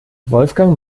wolfgang